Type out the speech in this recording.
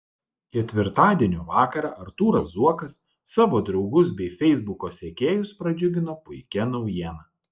ketvirtadienio vakarą artūras zuokas savo draugus bei feisbuko sekėjus pradžiugino puikia naujiena